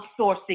outsourcing